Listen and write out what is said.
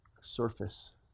surface